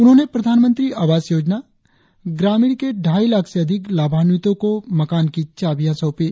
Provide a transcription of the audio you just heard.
उन्होंने प्रधानमंत्री आवास योजना ग्रामीण के ढाई लाख से अधिक लाभान्वितों को मकान की चावियां सौपी